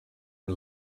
and